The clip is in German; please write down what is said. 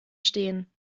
stehen